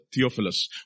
Theophilus